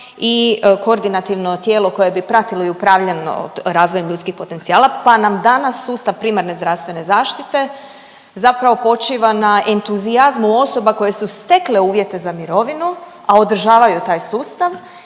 i koordinativno tijelo koje bi pratilo i upravljalo razvojem ljudskih potencijala pa nam danas sustav primarne zdravstvene zaštite zapravo počiva na entuzijazmu osoba koje su stekle uvjete za mirovinu, a održavaju taj sustav